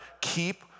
keep